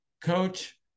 coach